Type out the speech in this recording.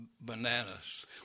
bananas